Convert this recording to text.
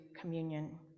communion